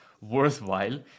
worthwhile